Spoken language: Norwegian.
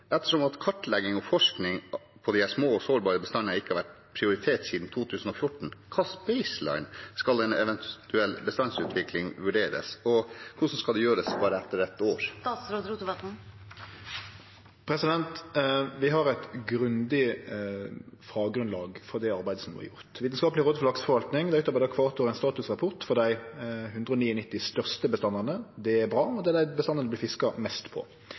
kartlegging og forskning på disse små og sårbare bestandene ikke har vært prioritert siden 2014, etter hvilken «baseline» skal en eventuell bestandsutvikling vurderes? Og hvordan skal det gjøres etter bare ett år? Vi har eit grundig faggrunnlag for det arbeidet som vert gjort. Vitenskapelig råd for lakseforvaltning utarbeider kvart år ein statusrapport for dei 199 største bestandane. Det er bra, og det er dei bestandane det vert fiska mest på.